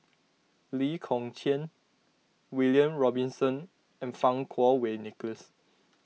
Lee Kong Chian William Robinson and Fang Kuo Wei Nicholas